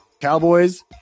Cowboys